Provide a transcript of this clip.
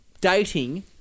dating